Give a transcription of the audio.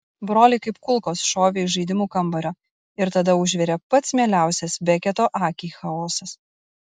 broliai kaip kulkos šovė iš žaidimų kambario ir tada užvirė pats mieliausias beketo akiai chaosas